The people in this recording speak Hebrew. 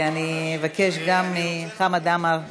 אני אבקש גם מחמד עמאר לברך.